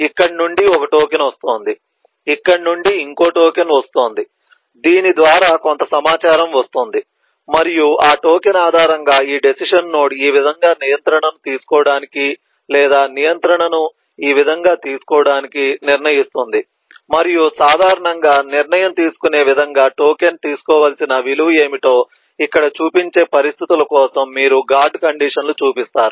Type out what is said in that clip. ఇక్కడ నుండి ఒక టోకెన్ వస్తోంది ఇక్కడ నుండి ఇంకో టోకెన్ వస్తోంది దీని ద్వారా కొంత సమాచారం వస్తుంది మరియు ఆ టోకెన్ ఆధారంగా ఈ డెసిషన్ నోడ్ ఈ విధంగా నియంత్రణను తీసుకోవటానికి లేదా నియంత్రణను ఈ విధంగా తీసుకోవటానికి నిర్ణయిస్తుంది మరియు సాధారణంగా నిర్ణయం తీసుకునే విధంగా టోకెన్ తీసుకోవలసిన విలువ ఏమిటో ఇక్కడ చూపించే పరిస్థితుల కోసం మీరు గార్డు కండిషన్లను చూపిస్తారు